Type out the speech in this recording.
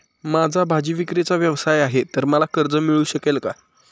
माझा भाजीविक्रीचा व्यवसाय आहे तर मला कर्ज मिळू शकेल का?